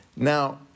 Now